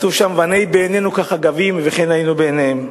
כתוב שם: ונהי בעינינו כחגבים וכן היינו בעיניהם.